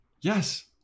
Yes